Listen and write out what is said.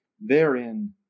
therein